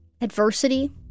Adversity